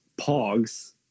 Pogs